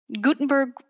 Gutenberg